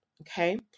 Okay